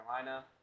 Carolina